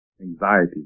anxiety